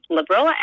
Liberal